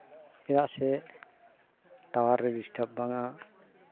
ᱪᱮᱫᱟᱜ ᱥᱮ tower disturb ᱵᱟᱝᱟ